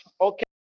okay